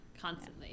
constantly